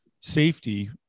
safety